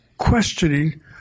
questioning